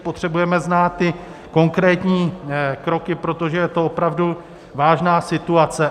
Potřebujeme znát ty konkrétní kroky, protože je to opravdu vážná situace.